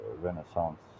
renaissance